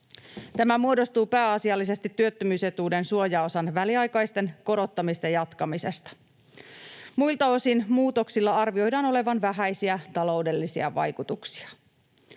Tämä muodostuu pääasiallisesti työttömyysetuuden suojaosan väliaikaisen korottamisen jatkamisesta. Muilta osin muutoksilla arvioidaan olevan vähäisiä taloudellisia vaikutuksia.